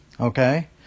Okay